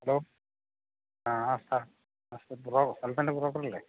hello ആ ആ സ്ഥലത്തിൻ്റെ ബ്രോക്കറല്ലേ